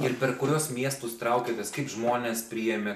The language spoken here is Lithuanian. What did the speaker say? ir per kuriuos miestus traukėtės kaip žmonės priėmė